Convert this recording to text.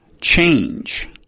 Change